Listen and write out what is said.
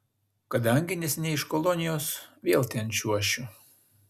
kadangi neseniai iš kolonijos vėl ten čiuošiu